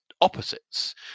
opposites